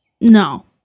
No